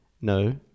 no